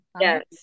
Yes